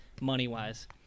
money-wise